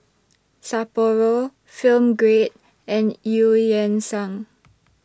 Sapporo Film Grade and EU Yan Sang